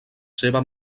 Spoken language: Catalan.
seva